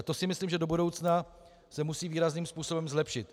To si myslím, že do budoucna se musí výrazným způsobem zlepšit.